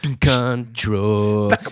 control